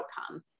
outcome